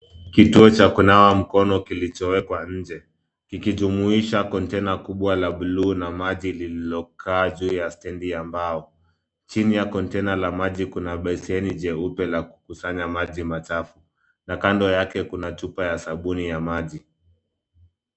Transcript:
Kituo cha kunawa mkono kilicho wekwa nje, kikijumuisha kontaina kubwa la buluu na maji lililo kaa juu ya stendi ya mbao. Chini ya kontaina la maji kuna besheni jeupe la kukusanya maji machafu na kando yake kuna chupa sabuni ya maji.